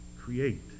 create